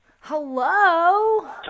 Hello